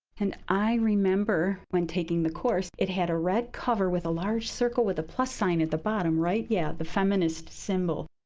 and i remember, when taking the course, it had a red cover with a large circle with a plus sign at the bottom, right? yeah, the feminist symbol.